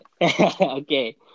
okay